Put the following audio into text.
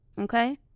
Okay